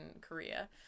Korea